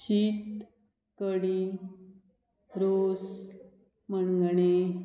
शीत कडी रोस मणगणें